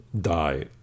die